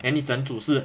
then 你赞助是